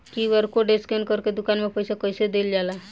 QR code scan करके दुकान में पईसा कइसे देल जाला?